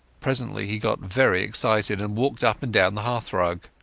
presently he got very excited and walked up and down the hearthrug.